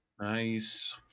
Nice